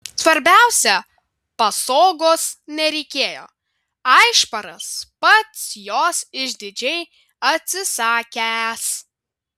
svarbiausia pasogos nereikėjo aišparas pats jos išdidžiai atsisakęs